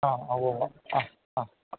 ആ ഉവ്വുവ്വ് ആ ആ